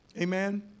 Amen